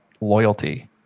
loyalty